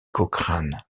cochrane